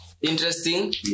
interesting